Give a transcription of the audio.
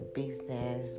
business